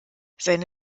seine